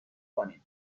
کنین